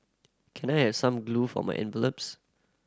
can I have some glue for my envelopes